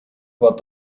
war